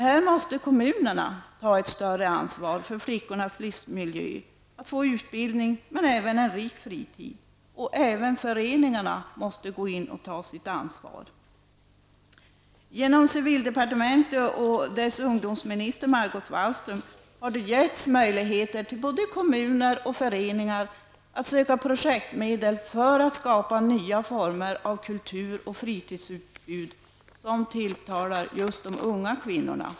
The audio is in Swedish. Här måste kommunerna ta ett större ansvar för flickornas livsmiljö, för att de skall få utbildning men även en rik fritid. Även föreningarna måste gå in och ta sitt ansvar. Genom civildepartementet och dess ungdomsminister Margot Wallström har det givits möjligheter till både kommuner och föreningar att söka projektmedel för att skapa nya former av kultur och fritidsutbud som tilltalar just de unga kvinnorna.